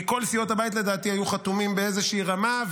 מכל סיעות הבית לדעתי היו חתומים באיזושהי רמה,